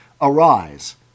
arise